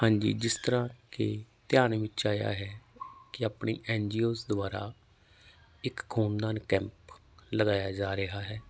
ਹਾਂਜੀ ਜਿਸ ਤਰ੍ਹਾਂ ਕਿ ਧਿਆਨ ਵਿੱਚ ਆਇਆ ਹੈ ਕਿ ਆਪਣੀ ਐਨ ਜੀ ਓਜ ਦੁਆਰਾ ਇੱਕ ਖੂਨਦਾਨ ਕੈਂਪ ਲਗਾਇਆ ਜਾ ਰਿਹਾ ਹੈ